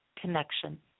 Connection